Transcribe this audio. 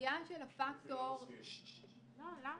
סוגיית הפקטור ------ לא, למה?